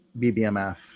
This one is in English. BBMF